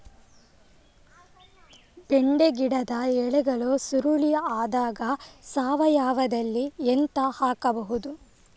ಬೆಂಡೆ ಗಿಡದ ಎಲೆಗಳು ಸುರುಳಿ ಆದಾಗ ಸಾವಯವದಲ್ಲಿ ಎಂತ ಹಾಕಬಹುದು?